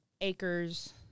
acres